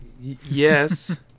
Yes